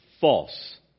false